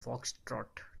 foxtrot